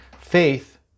Faith